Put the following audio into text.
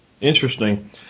Interesting